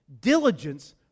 Diligence